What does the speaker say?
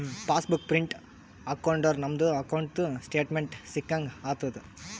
pass book print ಹಾಕೊಂಡುರ್ ನಮ್ದು ಅಕೌಂಟ್ದು ಸ್ಟೇಟ್ಮೆಂಟ್ ಸಿಕ್ಕಂಗ್ ಆತುದ್